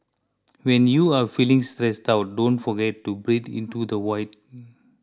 when you are feeling stressed out don't forget to breathe into the void